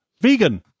vegan